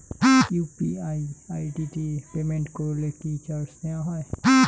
UPI ID দিয়ে payment করলে কি চার্জ নেয়া হয়?